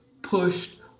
pushed